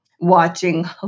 watching